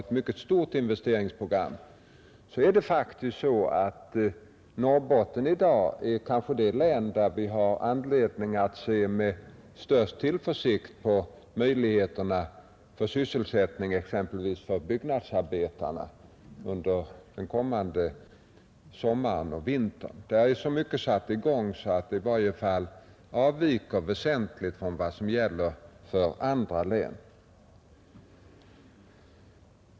ett mycket stort investeringsprogram så är Norrbotten i dag kanske det län där vi har anledning att se med den största tillförsikten på möjligheterna till sysselsättning för exempelvis byggnadsarbetarna under den kommande sommaren och vintern. Där är så mycket igångsatt att det i varje fall avviker väsentligt från vad som gäller för andra län.